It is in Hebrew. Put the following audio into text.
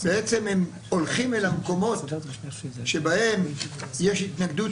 בעצם הם הולכים אל המקומות בהם יש התנגדות